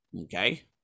Okay